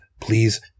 Please